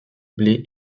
blé